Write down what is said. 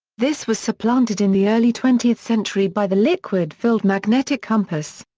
this was supplanted in the early twentieth century by the liquid-filled magnetic compass.